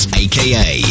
aka